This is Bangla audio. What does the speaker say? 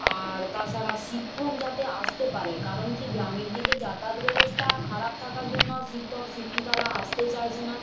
আর তাছাড়া শিক্ষক যাতে আসতে পারে কারণ কি গ্রামের দিকে যাতায়াত ব্যবস্থা খারাপ থাকার জন্য শিক্ষক শিক্ষিকারা আসতে চাইছে না